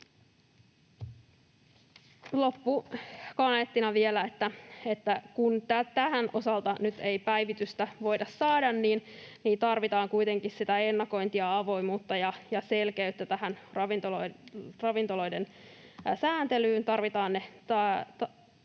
Loppukaneettina vielä, että kun tämän osalta ei nyt päivitystä voida saada, niin tarvitaan kuitenkin ennakointia, avoimuutta ja selkeyttä tähän ravintoloiden sääntelyyn,